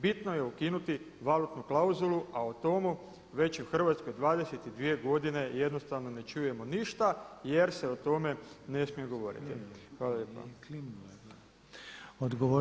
Bitno je ukinuti valutnu klauzulu, a o tomu već u Hrvatskoj 22 godine jednostavno ne čujemo ništa jer se o tome ne smije govoriti.